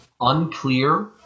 unclear